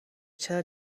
چرا